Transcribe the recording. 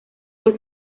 por